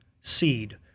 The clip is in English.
seed